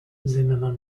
zimmerman